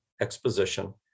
exposition